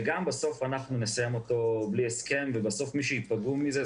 בסוף יסיימו אותו בלי הסכם ומי שייפגעו מזה,